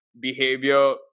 behavior